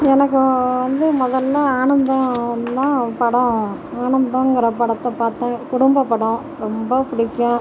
எனக்கு வந்து மொதலில் ஆனந்தம் தான் படம் ஆனந்தம்ங்குற படத்தை பார்த்தேன் குடும்பப் படம் ரொம்ப பிடிக்கும்